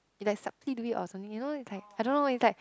is like subtly do it or something you know it's like I don't know it's like